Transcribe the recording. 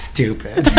Stupid